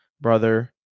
brother